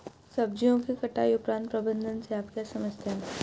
सब्जियों के कटाई उपरांत प्रबंधन से आप क्या समझते हैं?